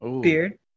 beard